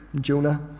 Jonah